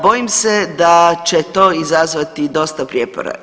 Bojim se da će to izazvati dosta prijepora.